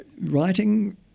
Writing